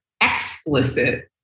explicit